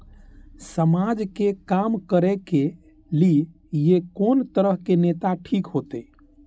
समाज के काम करें के ली ये कोन तरह के नेता ठीक होते?